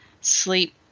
sleep